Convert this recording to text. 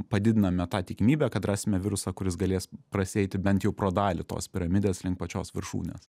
padidiname tą tikimybę kad rasime virusą kuris galės prasieiti bent jau pro dalį tos piramidės link pačios viršūnės